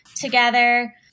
together